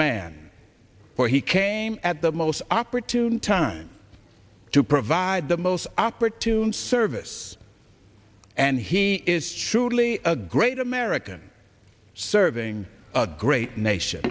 man where he came at the most opportune time to provide the most opportune service and he is surely a great american serving a great nation